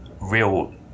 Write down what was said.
real